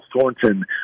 Thornton